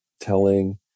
telling